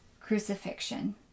crucifixion